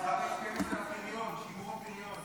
מחר יש כנס על הפריון, שימור הפריון.